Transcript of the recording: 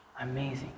Amazing